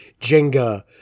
Jenga